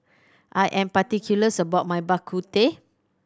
I am particulars about my Bak Kut Teh